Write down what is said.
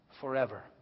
forever